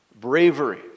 Bravery